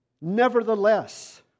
Nevertheless